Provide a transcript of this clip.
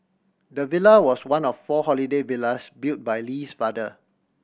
the villa was one of four holiday villas built by Lee's father